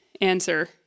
answer